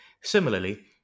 Similarly